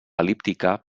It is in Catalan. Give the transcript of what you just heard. el·líptica